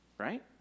right